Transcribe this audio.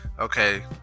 okay